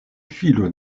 filo